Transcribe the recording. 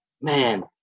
man